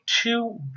two